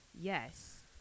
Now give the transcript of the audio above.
Yes